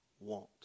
want